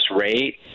rate